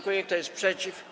Kto jest przeciw?